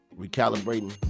recalibrating